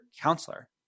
counselor